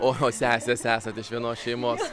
oho sesės esat iš vienos šeimos